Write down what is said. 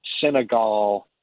Senegal